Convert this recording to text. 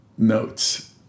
Notes